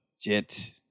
Jet